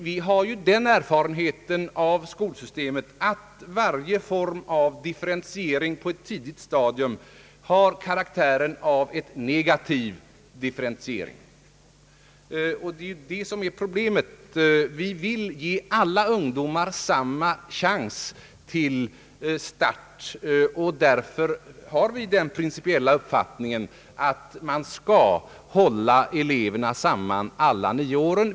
Vi har den erfarenheten att varje form av differentiering på ett tidigt stadium har negativ karaktär. Det är det som är problemet. Vi vill ge alla ungdomar samma chans till start. Därför har vi den principiella uppfattningen att man skall hålla eleverna samman alla nio åren i grundskolan.